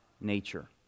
nature